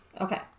Okay